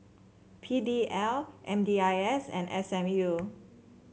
P D L M D I S and S M U